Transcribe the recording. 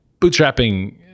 bootstrapping